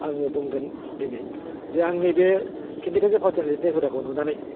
आङो बुंगोन दिनै जे आंनि बे खिन्थिगासे फावथिना लिरनाय हुदाखौ नुनानै